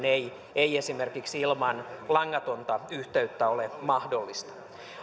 ei ei esimerkiksi ilman langatonta yhteyttä ole mahdollista